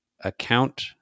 account